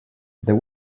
there